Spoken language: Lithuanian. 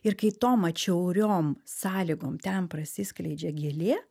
ir kai tom atšiauriom sąlygom ten prasiskleidžia gėlė